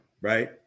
Right